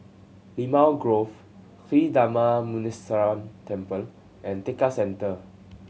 Limau Grove Sri Darma Muneeswaran Temple and Tekka Centre